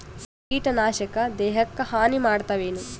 ಕೀಟನಾಶಕ ದೇಹಕ್ಕ ಹಾನಿ ಮಾಡತವೇನು?